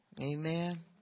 amen